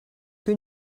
que